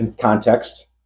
context